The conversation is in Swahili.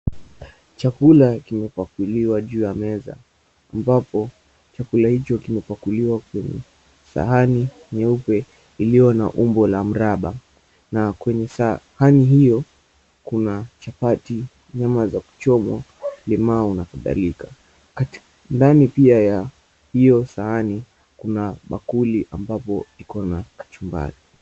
Chakula kimepakuliwa juu ya meza, ambapo chakula hicho kimepakuliwa kwenye sahani nyeupe iliyo na umbo la mraba. Na kwenye sahani hiyo kuna chapati, nyama za kuchomwa, limau na kadhalika. Ndani pia ya hiyo sahani, kuna bakuli ambapo iko na kachumbari.